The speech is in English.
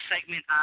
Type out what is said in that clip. segment